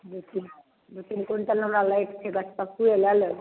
दुइ तीन दुइ तीन क्विन्टल हमरा लैके छै गछपक्कुए लऽ लेब